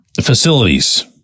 facilities